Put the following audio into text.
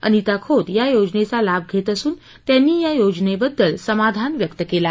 अनिता खोत या योजनेचा लाभ घेत असून त्यांनी या योजनेबद्दल समाधान व्यक्त केलं आहे